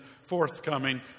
forthcoming